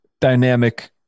dynamic